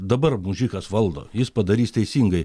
dabar mužikas valdo jis padarys teisingai